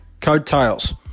coattails